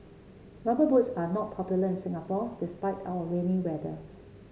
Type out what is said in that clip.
rubber boots are not popular in Singapore despite our rainy weather